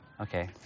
Okay